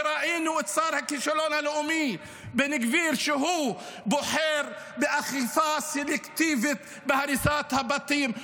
וראינו ששר הכישלון הלאומי בן גביר בוחר באכיפה סלקטיבית בהריסת הבתים,